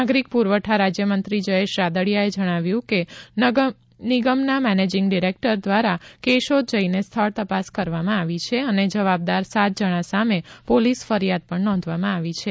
નાગરિક પૂરવઠા રાજ્યમંત્રી જયેશ રાદડીયાએ જણાવ્યું કે નિગમના મેનેજિંગ ડીરેક્ટર દ્વારા કેશોદ જઈને સ્થળ તપાસ કરવામાં આવી છે અને જવાબદાર સાત જણા સામે પોલીસ ફરિયાદ પણ નોંધવામાં આવી છે